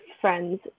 friends